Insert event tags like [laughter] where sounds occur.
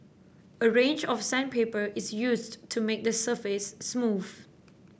a range of [unintelligible] is used to make the surface smooth